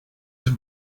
have